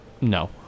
No